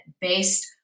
based